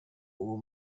uwo